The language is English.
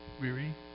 weary